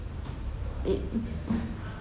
it